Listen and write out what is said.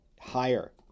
Higher